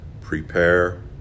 prepare